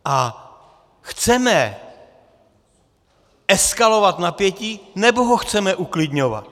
A chceme eskalovat napětí, nebo ho chceme uklidňovat?